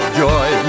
joy